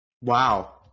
Wow